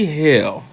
hell